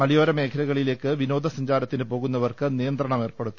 മലയോരമേഖലകളിലേക്ക് വിനോദസഞ്ചാരത്തിന് പോകുന്നവർക്ക് നിയന്ത്രണമേർപ്പെടുത്തി